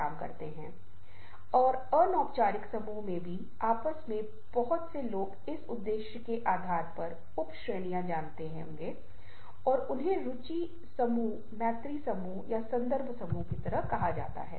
हम देखते हैं कि न केवल अभिविन्यास न केवल प्रस्तुति का तरीका बल्कि आकार विशिष्टता दोनों के बीच संबंध ये चीजें बहुत महत्वपूर्ण भूमिका निभाती हैं